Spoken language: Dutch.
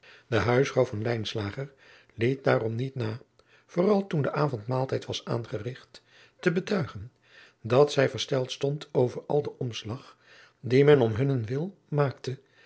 de huisvrouw van lijnslager liet daarom niet na vooral toen de avondmaaltijd was aangerigt te betuigen dat zij versteld adriaan loosjes pzn het leven van maurits lijnslager stond over al den omslag dien men om hunnen wil maakte